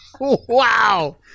Wow